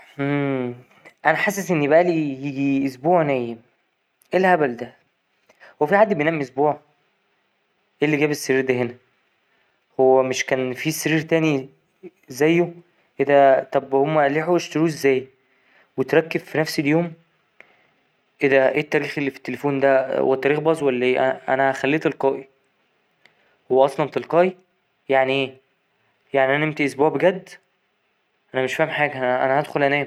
امممم أنا حاسس إني بقالي يجي أسبوع نايم أيه الهبل ده هو فيه حد بينام أسبوع ايه اللي جاب السرير ده هنا هو مش كان فيه سرير تاني زيه؟ ، ايه ده طب هما لحقوا يشتروه ازاي؟ واتركب في نفس اليوم؟ ،ايه ده ايه التاريخ اللي في التليفون ده؟ هو التاريخ باظ ولا ايه؟ أنا هخليه تلقائي هو اصلا تلقائي يعني ايه يعني أنا نمت اسبوع بجد؟ ، أنا مش فاهم حاجة أنا هدخل أنام.